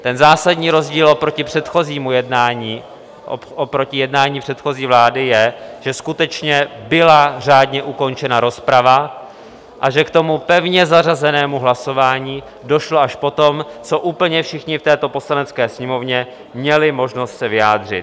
Ten zásadní rozdíl oproti předchozímu jednání, oproti jednání předchozí vlády je, že skutečně byla řádně ukončena rozprava a že k pevně zařazenému hlasování došlo až po tom, co úplně všichni v této Poslanecké sněmovně měli možnost se vyjádřit.